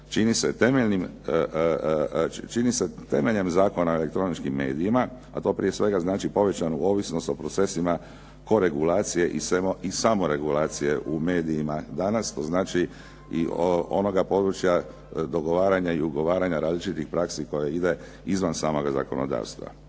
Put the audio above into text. čini se temeljem Zakona o elektroničkim medijima, a to prije svega znači povećanu ovisnost o procesima koregulacije i samo regulacije u medijima danas, što znači i onoga područja dogovaranja i ugovaranja različitih praksi koja ide izvan samoga zakonodavstva.